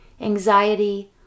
anxiety